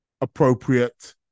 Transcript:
appropriate